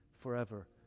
forever